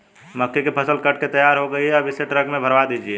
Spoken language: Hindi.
मक्के की फसल कट के तैयार हो गई है अब इसे ट्रक में भरवा दीजिए